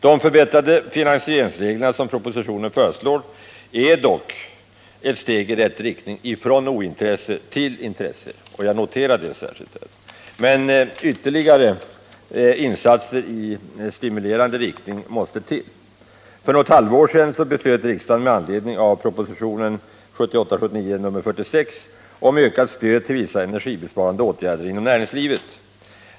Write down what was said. De förbättrade finansieringsregler som propositionen föreslår är dock ett steg i rätt riktning från ointresse till intresse — jag noterar det särskilt. Men ytterligare insatser i stimulerande riktning måste till. För något halvår sedan beslöt riksdagen med anledning av proposition 1978/79:46 om ökat stöd till vissa energibesparande åtgärder inom näringslivet.